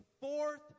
fourth